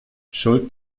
schuld